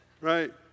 right